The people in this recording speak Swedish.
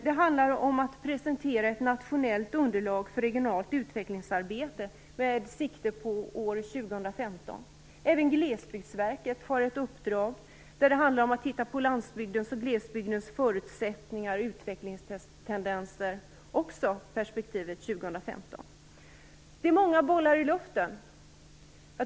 Det handlar om att presentera ett nationellt underlag för regionalt utvecklingsarbete med sikte på år 2015. Även Glesbygdsverket har ett uppdrag, som handlar om att se på landsbygdens och glesbygdens förutsättningar och utvecklingstendenser, också med perspektivet år 2015. Det är många bollar i luften.